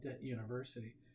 University